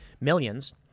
millions